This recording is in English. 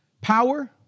Power